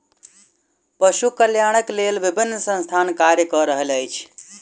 पशु कल्याणक लेल विभिन्न संस्थान कार्य क रहल अछि